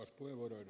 arvoisa puhemies